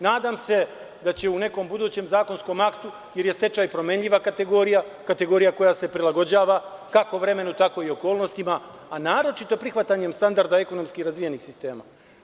Nadam se da će u nekom budućem zakonskom aktu, jer je stečaj promenljiva kategorija, prilagođava se, kako vremenu, tako i okolnostima, a naročito prihvatanjem standarda ekonomski razvijenih sistema.